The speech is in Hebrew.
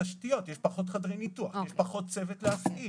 הנושא של צמצום פערים בבריאות זה נושא שעולה חדשות לבקרים כאן בוועדה.